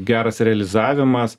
geras realizavimas